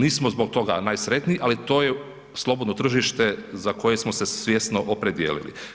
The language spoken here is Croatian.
Nismo zbog toga najsretniji, ali to je slobodno tržište za koje smo se svjesno opredijelili.